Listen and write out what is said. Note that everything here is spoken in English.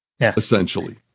essentially